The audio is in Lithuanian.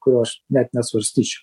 kurio aš net nesvarstyčiau